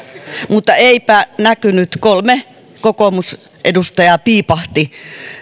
mutta eipä näkynyt kolme kokoomusedustajaa piipahti